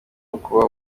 ukuba